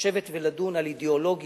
לשבת ולדון על אידיאולוגיה,